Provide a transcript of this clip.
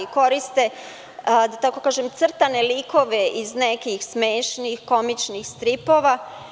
Koriste, da tako kažem, crtane likove iz nekih smešnih, komičnih stripova.